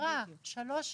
הפרה שלוש שנים,